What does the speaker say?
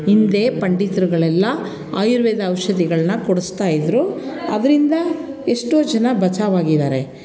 ಹಿಂದೆ ಪಂಡಿತರುಗಳೆಲ್ಲ ಆಯುರ್ವೇದ ಔಷಧಿಗಳನ್ನ ಕೊಡಿಸ್ತಾಯಿದ್ರು ಅದರಿಂದ ಎಷ್ಟೋ ಜನ ಬಚಾವಾಗಿದ್ದಾರೆ